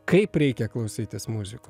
kaip reikia klausytis muzikos